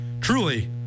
truly